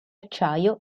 acciaio